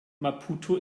maputo